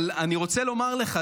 אבל אני רוצה לומר לך,